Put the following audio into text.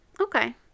Okay